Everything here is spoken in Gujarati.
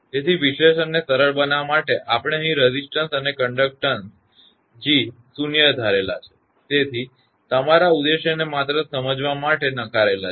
તેથી વિશ્લેષણને સરળ બનાવવા માટે આપણે અહીં રેઝિસ્ટન્સ અને કંડકટન્સ G આપણે તેને શૂન્ય ધારેલા છે તેથી તમારા ઉદ્દેશ્યને માત્ર તમને સમજાવવા માટે નકારેલા છે